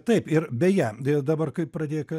taip ir beje i dabar kai pradėjai ka